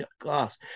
glass